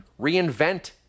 reinvent